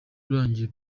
urangiye